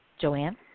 joanne